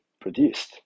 produced